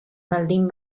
baldin